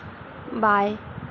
बाएँ